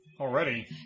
already